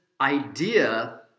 idea